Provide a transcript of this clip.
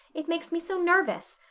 it makes me so nervous.